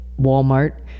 walmart